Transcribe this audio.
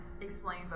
explain